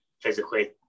physically